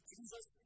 Jesus